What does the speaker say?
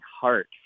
heart